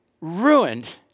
ruined